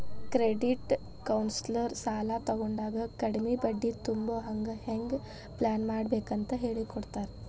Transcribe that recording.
credit counsellor ಸಾಲಾ ತಗೊಂಡಾಗ ಕಡ್ಮಿ ಬಡ್ಡಿ ತುಂಬೊಹಂಗ್ ಹೆಂಗ್ ಪ್ಲಾನ್ಮಾಡ್ಬೇಕಂತ್ ಹೆಳಿಕೊಡ್ತಾರ